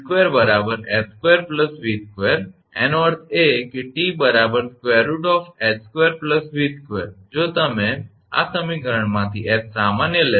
તેથી 𝑇2 𝐻2 𝑉2 એનો અર્થ એ કે 𝑇 √𝐻2 𝑉2 જો તમે આ સમીકરણમાંથી 𝐻 સામાન્ય લેશો